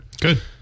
Good